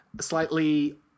slightly